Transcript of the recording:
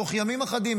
תוך ימים אחדים,